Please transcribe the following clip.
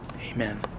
Amen